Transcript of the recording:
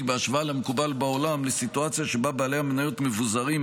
בהשוואה למקובל בעולם בסיטואציה שבה בעלי המניות מבוזרים,